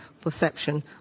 perception